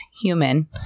human